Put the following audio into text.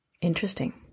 Interesting